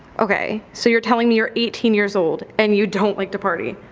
okay, so you're telling me you're eighteen years old and you don't like to party.